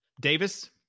Davis